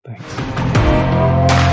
Thanks